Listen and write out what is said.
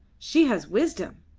she has wisdom.